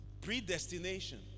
Predestination